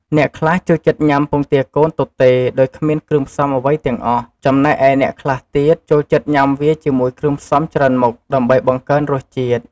អ្នកខ្លះចូលចិត្តញ៉ាំពងទាកូនទទេដោយគ្មានគ្រឿងផ្សំអ្វីទាំងអស់ ចំណែកឯអ្នកខ្លះទៀតចូលចិត្តញ៉ាំវាជាមួយគ្រឿងផ្សំច្រើនមុខដើម្បីបង្កើនរសជាតិ។